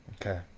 Okay